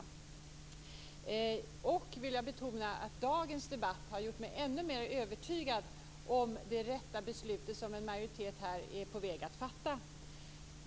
Jag vill betona att dagens debatt har gjort mig ännu mer övertygad om det rätta beslutet, som en majoritet här är på väg att fatta.